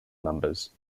numbers